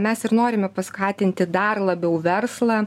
mes ir norime paskatinti dar labiau verslą